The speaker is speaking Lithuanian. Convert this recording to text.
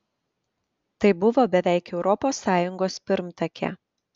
tai buvo beveik europos sąjungos pirmtakė